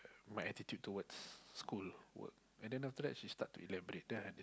my attitude towards school work and then after that she starts to elaborate then I